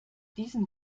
diesen